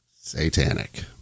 satanic